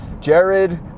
Jared